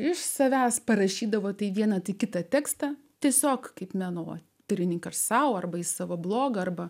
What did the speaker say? iš savęs parašydavo tai vieną kitą tekstą tiesiog kaip menotyrininkas sau arba savo blogą darbą